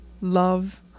love